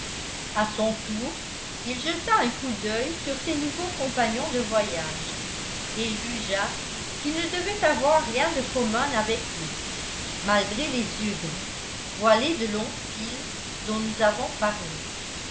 a son tour il jeta un coup d'œil sur ses nouveaux compagnons de voyage et jugea qu'il ne devait avoir rien de commun avec eux malgré les yeux gris voilés de longs cils dont nous avons parlé